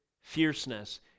fierceness